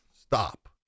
stop